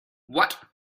what